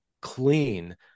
clean